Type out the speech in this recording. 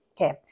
Okay